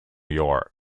york